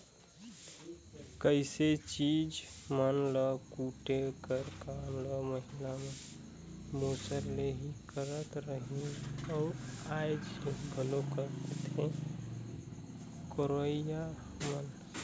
कइयो चीज मन ल कूटे कर काम ल महिला मन मूसर ले ही करत रहिन अउ आएज घलो करथे करोइया मन